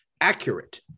accurate